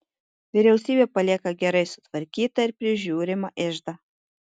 vyriausybė palieka gerai sutvarkytą ir prižiūrimą iždą